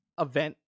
event